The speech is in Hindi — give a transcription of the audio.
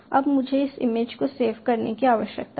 अब मुझे इस इमेज को सेव करने की आवश्यकता है